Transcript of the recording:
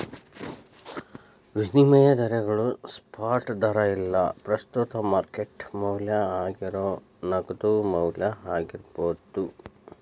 ವಿನಿಮಯ ದರಗೋಳು ಸ್ಪಾಟ್ ದರಾ ಇಲ್ಲಾ ಪ್ರಸ್ತುತ ಮಾರ್ಕೆಟ್ ಮೌಲ್ಯ ಆಗೇರೋ ನಗದು ಮೌಲ್ಯ ಆಗಿರ್ಬೋದು